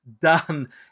Done